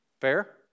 Fair